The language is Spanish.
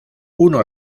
uno